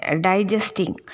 digesting